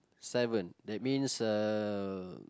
seven that means uh